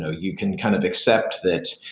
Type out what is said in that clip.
ah you can kind of accept that,